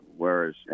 whereas